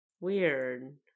weird